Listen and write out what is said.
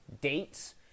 dates